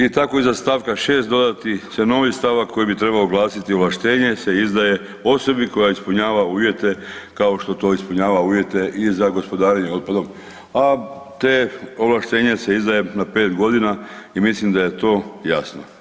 I tako iza st. 6. dodati novi stavak koji bi trebao glasiti „ovlaštenje se izdaje osobi koja ispunjava uvjete kao što to ispunjava uvjete i za gospodarenje otpadom“, a to ovlaštenje se izdaje na pet godina i mislim da je to jasno.